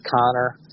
Connor